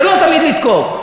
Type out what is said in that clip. זה לא תמיד לתקוף.